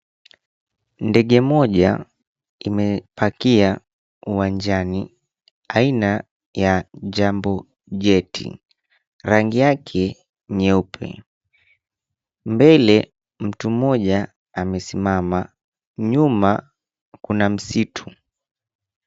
Ndege moja imepakia uwanjani aina ya "Jambo Jet". Rangi yake nyeupe. Mbele mtu mmoja amesimama. Nyuma kuna msitu.